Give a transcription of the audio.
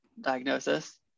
diagnosis